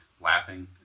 laughing